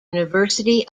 university